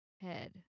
Head